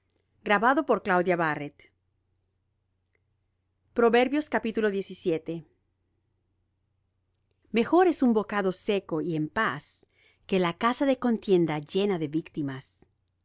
ella mejor es un bocado seco y en paz que la casa de contienda llena de víctimas